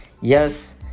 yes